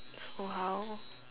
!wow!